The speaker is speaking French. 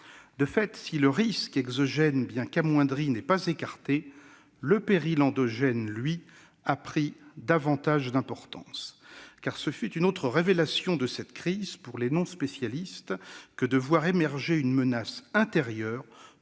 De fait, si le risque exogène, bien qu'amoindri, n'est pas écarté, le péril endogène a pris davantage d'importance. Car ce fut une autre révélation de cette crise, pour les non-spécialistes : voir émerger une menace intérieure